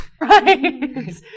Right